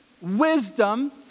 wisdom